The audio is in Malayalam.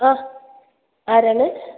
ആ ആരാണ്